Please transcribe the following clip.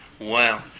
Wow